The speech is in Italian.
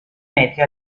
metri